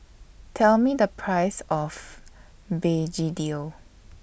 Tell Me The Price of Begedil